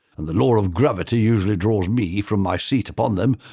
and the law of gravity usually draws me from my seat upon them,